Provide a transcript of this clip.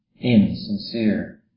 insincere